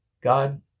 God